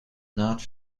naad